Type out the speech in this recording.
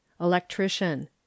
electrician